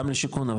גם לשיכון,